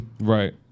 Right